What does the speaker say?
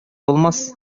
булмас